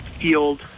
field